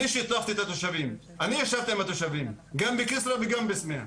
אני שיתפתי את התושבים ואני ישבתי איתם גם בכסרא וגם בסמיע.